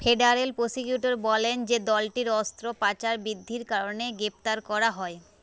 federal prosecutor বলেন যে দলটির অস্ত্র পাচার বৃদ্ধির কারণে গ্রেপ্তার করা হয়